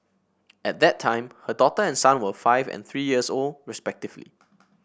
at that time her daughter and son were five and three years old respectively